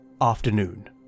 Afternoon